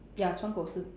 ya 窗口是